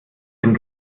dem